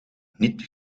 niet